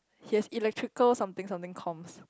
he has electrical something something coms